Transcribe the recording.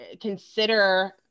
consider